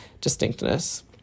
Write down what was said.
distinctness